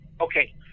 Okay